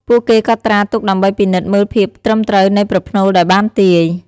ពួកគេកត់ត្រាទុកដើម្បីពិនិត្យមើលភាពត្រឹមត្រូវនៃប្រផ្នូលដែលបានទាយ។